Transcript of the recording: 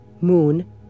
moon